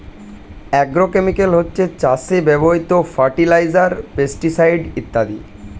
agrochemical হচ্ছে চাষে ব্যবহৃত ফার্টিলাইজার, পেস্টিসাইড ইত্যাদি